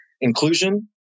Inclusion